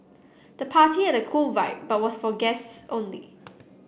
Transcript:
the party had a cool vibe but was for guests only